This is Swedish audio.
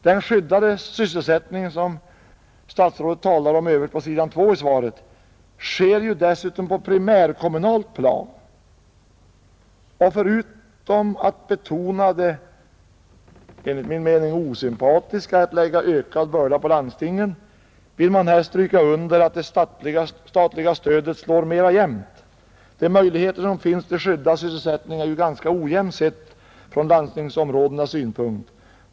Den skyddade sysselsättning som statsrådet talar om i tredje stycket av svaret sker dessutom på primärkommunalt plan. Och förutom att jag betonar det enligt min mening osympatiska i att lägga ökad börda på landstingen vill jag stryka under att det statliga stödet slår mera jämnt. De möjligheter som finns till skyddad sysselsättning är ju ganska ojämna, sett från landstingsområdenas synpunkt.